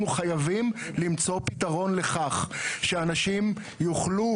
אנחנו חייבים למצוא פתרון לכך שאנשים יוכלו